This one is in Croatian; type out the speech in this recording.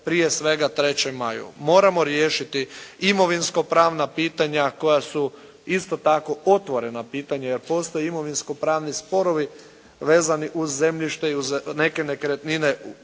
prije svega Trećem Maju, moramo riješiti imovinsko pravna pitanja koja su isto tako pootvorena pitanja, jer postoji imovinsko pravni sporovi vezani uz zemljište i uz neke nekretnine u